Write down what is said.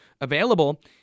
available